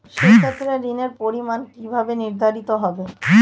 সে ক্ষেত্রে ঋণের পরিমাণ কিভাবে নির্ধারিত হবে?